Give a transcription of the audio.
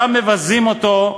אם שם מבזים אותו,